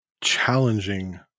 challenging